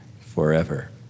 forever